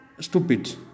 stupid